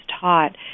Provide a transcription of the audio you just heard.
taught